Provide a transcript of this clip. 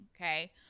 okay